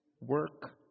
work